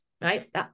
right